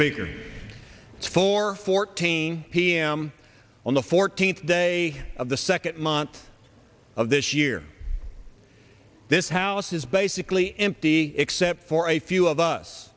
michigan for fourteen he m on the fourteenth day of the second month of this year this house is basically empty except for a few of us